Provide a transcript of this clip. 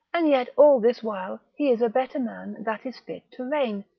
and yet all this while he is a better man that is fit to reign,